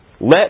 Let